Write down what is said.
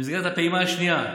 במסגרת הפעימה השנייה,